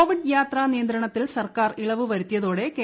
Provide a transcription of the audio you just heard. C covid യാത്രാ നിയന്ത്രണത്തിൽ സർക്കാർ ഇളവ് വരുത്തിയതോടെ കെ